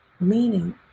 Meaning